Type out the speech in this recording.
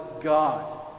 God